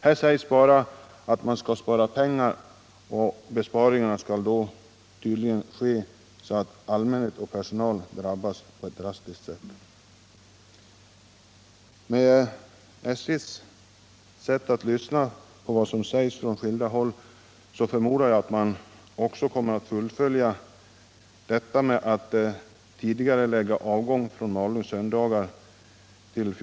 Det sägs bara att man skall spara pengar, och besparingarna skall tydligen göras så att allmänhet och personal drabbas på ett drastiskt sätt. Med SJ:s sätt att lyssna på vad som sägs från skilda håll förmodar jag att man också kommer att fullfölja åtgärderna och tidigarelägga avgången från Malung på söndagar till kl.